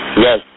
Yes